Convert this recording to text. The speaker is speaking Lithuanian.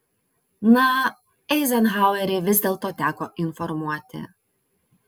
na eizenhauerį vis dėlto teko informuoti